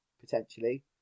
potentially